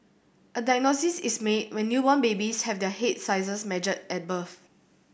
a diagnosis is made when newborn babies have their head sizes measured at birth